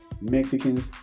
Mexicans